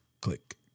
Click